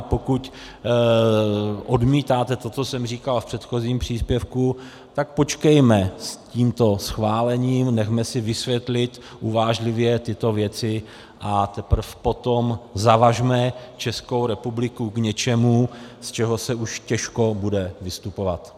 A pokud odmítáte to, co jsem říkal v předchozím příspěvku, tak počkejme s tímto schválením, nechme si vysvětlit uvážlivě tyto věci, a teprve potom zavažme Českou republiku k něčemu, z čehož se už těžko bude vystupovat.